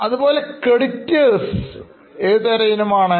അതുപോലെ Creditors ഏതുതരം ഇനമാണ്